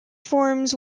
forms